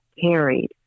carried